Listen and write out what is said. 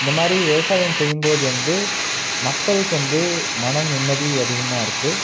இந்த மாதிரி விவசாயம் செய்யும் போது வந்து மக்களுக்கு வந்து மனம் நிம்மதி அதிகமாக இருக்குது